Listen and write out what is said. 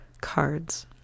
cards